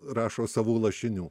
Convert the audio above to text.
rašo savų lašinių